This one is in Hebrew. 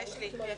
יש לי.